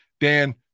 Dan